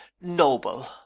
noble